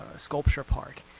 sculpture park,